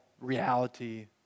reality